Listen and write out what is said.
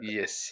yes